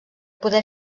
poder